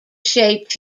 shaped